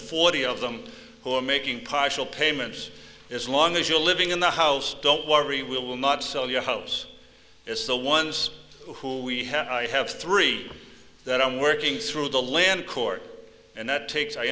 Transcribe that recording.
forty of them who are making partial payments as long as you are living in the house don't worry we will not sell your house it's the ones who we have i have three that i'm working through the land court and that takes i